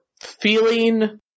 feeling